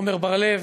עמר בר-לב,